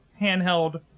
handheld